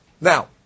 Now